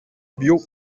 biot